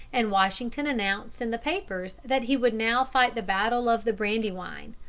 and washington announced in the papers that he would now fight the battle of the brandywine,